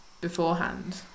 beforehand